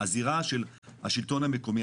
הזירה של השלטון המקומי,